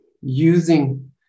using